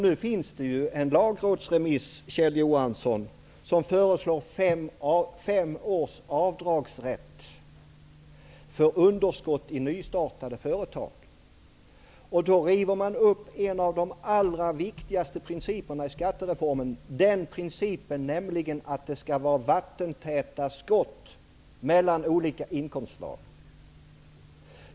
Nu föreslås i en lagrådsremiss fem års avdragsrätt för underskott i nystartade företag. Därmed skulle en av de allra viktigaste principerna i skattereformen rivas upp, nämligen principen att det skall vara vattentäta skott mellan olika inkomstslag.